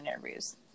interviews